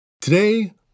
Today